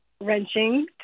wrenching